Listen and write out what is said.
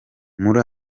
muri